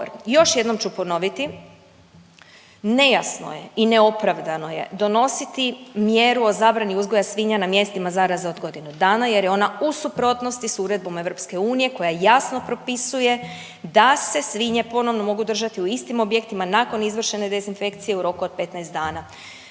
Još jednom ću ponoviti nejasno je i neopravdano je donositi mjeru o zabrani uzgoja svinja na mjestima zaraze od godinu dana jer je ona u suprotnosti sa uredbom EU koja jasno propisuje da se svinje ponovno mogu držati u istim objektima nakon izvršene dezinfekcije u roku od 15 dana.